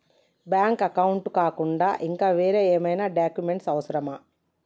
Bank account కాకుండా ఇంకా వేరే ఏమైనా డాక్యుమెంట్స్ అవసరమా?